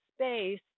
space